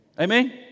Amen